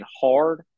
hard